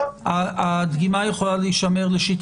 נמצאים איתנו נציגים